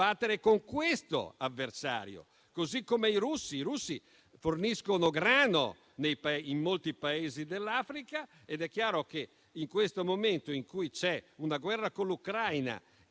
noi dobbiamo combattere con questo avversario. Analogamente, i russi forniscono grano in molti Paesi dell'Africa ed è chiaro che in questo momento, in cui c'è una guerra con l'Ucraina